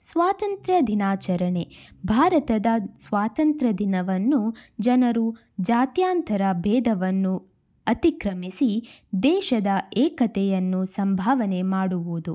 ಸ್ವಾತಂತ್ರ್ಯ ದಿನಾಚರಣೆ ಭಾರತದ ಸ್ವಾತಂತ್ರ್ಯ ದಿನವನ್ನು ಜನರು ಜಾತ್ಯಂತರ ಭೇದವನ್ನು ಅತಿಕ್ರಮಿಸಿ ದೇಶದ ಏಕತೆಯನ್ನು ಸಂಭಾವನೆ ಮಾಡುವುದು